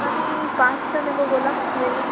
আমি পাঁচটা নেব গোলাপ নিলে